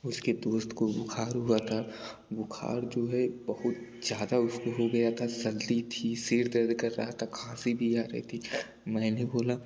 उसके दोस्त को बुख़ार हुआ था बुख़ार जो है बहुत ज़्यादा उसको हो गया था सर्दी थी सिर दर्द कर रहा था खाँसी भी आ रही थी मैंने बोला